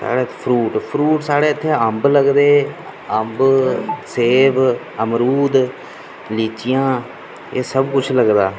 साढ़े fruit fruit साढे इत्थै अम्ब लगदे अम्ब सेब अमरूद लीचियां एह् सब किश लगदा